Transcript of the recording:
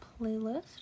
playlist